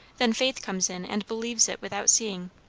then faith comes in and believes it without seeing.